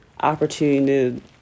opportunity